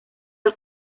del